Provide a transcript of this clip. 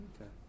Okay